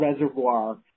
reservoir